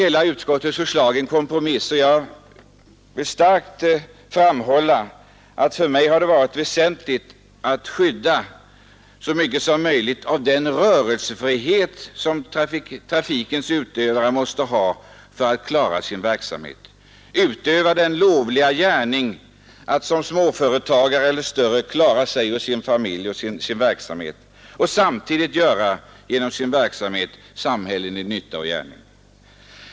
Hela utskottets förslag är en kompromiss, och jag vill starkt framhålla att för mig har det varit väsentligt att så mycket som möjligt skydda den rörelsefrihet som trafikens utövare måste ha för att klara sin verksamhet, för att kunna utöva sin dagliga gärning som småföretagare eller som större företagare, klara sin utkomst, sin familj och sin verksamhet — och samtidigt göra samhällelig nytta.